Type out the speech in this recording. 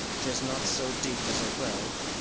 tis not so deep as a well,